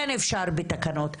כן אפשר בתקנות,